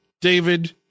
david